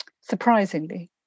surprisingly